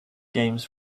games